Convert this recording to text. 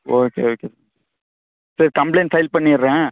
okay okay சேரி complaint file பண்ணிடுறேன்